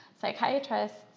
Psychiatrists